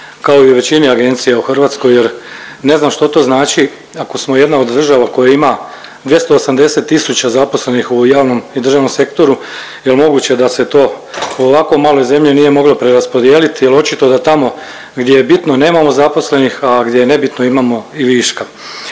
kao i većini agencija u Hrvatskoj jer ne znam što to znači ako smo jedna od država koja ima 280 tisuća zaposlenih u javnom i državnom sektoru jel moguće da se to u ovako maloj zemlji nije moglo preraspodijeliti jer očito da tamo gdje je bitno nemamo zaposlenih, a gdje je nebitno imamo i viška.